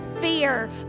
fear